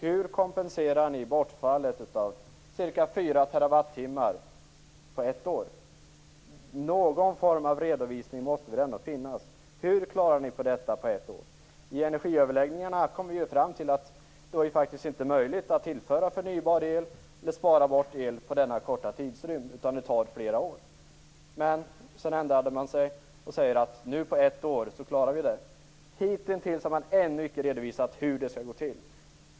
Hur kompenserar ni bortfallet av ca 4 TWh på ett år? Någon form av redovisning måste det ändå finnas. Hur klarar ni detta på ett år? I energiöverläggningarna kom vi ju fram till att det faktiskt inte var möjligt att tillföra förnybar el eller att spara el under denna korta tidsrymd. Det tar flera år. Men sedan ändrade man sig. Nu säger man att man klarar det på ett år. Hittills har man inte redovisat hur det skall gå till.